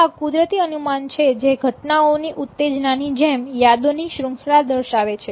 તો આ કુદરતી અનુમાન છે જે ઘટનાઓની ઉત્તેજનાની જેમ યાદો ની શૃંખલા દર્શાવે છે